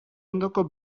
ondoko